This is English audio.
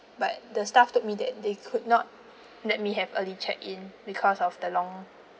but the staff told me that they could not let me have early check in because of the long